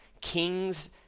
kings